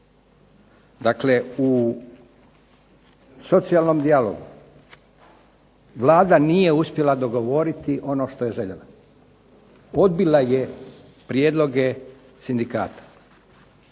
Dakle, u socijalnom dijalogu Vlada nije uspjela dogovoriti ono što je željela. Odbila je prijedloge sindikata